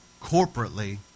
corporately